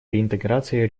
реинтеграции